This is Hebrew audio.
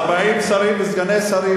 דרך אגב, זה 40 שרים וסגני שרים.